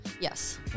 yes